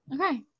Okay